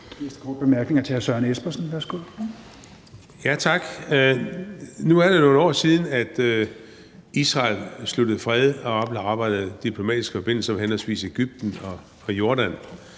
Espersen. Værsgo. Kl. 16:25 Søren Espersen (DF): Tak. Nu er det jo nogle år siden, at Israel sluttede fred og oprettede diplomatiske forbindelser med henholdsvis Egypten og Jordan,